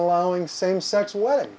allowing same sex wedding